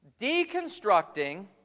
Deconstructing